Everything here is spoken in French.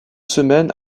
semaines